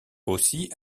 aussi